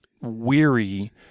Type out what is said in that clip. weary